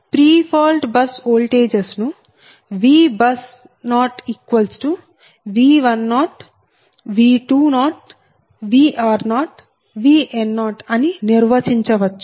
pre fault bus voltages ను VBUS0V1 0 V20 Vr0 Vn0 అని నిర్వచించవచ్చు